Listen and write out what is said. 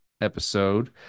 episode